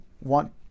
want